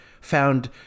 found